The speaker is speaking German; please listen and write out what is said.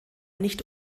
nicht